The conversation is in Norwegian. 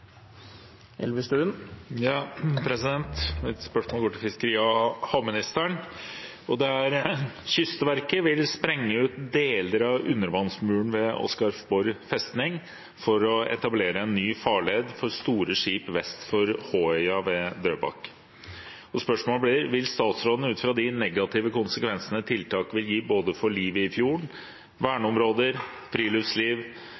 vil sprenge ut deler av undervannsmuren ved Oscarsborg festning for å etablere en ny farled for store skip vest for Håøya ved Drøbak. Vil statsråden ut fra de negative konsekvensene tiltaket vil gi både for livet i fjorden,